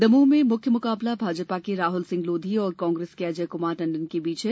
दमोह में मुख्य मुकाबला भाजपा के राहुल सिंह लोधी और कांग्रेस के अजय कुमार टंडन के बीच है